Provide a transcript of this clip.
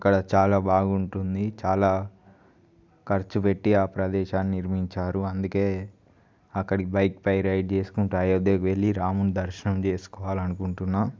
అక్కడ చాలా బాగుంటుంది చాలా ఖర్చు పెట్టి ఆ ప్రదేశాన్ని నిర్మించారు అందుకే అక్కడ బైక్ పై రైడ్ చేసుకుంటా అయోధ్యకి వెళ్ళి రాముని దర్శనం చేసుకోవాలనుకుంటున్నాం